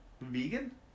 Vegan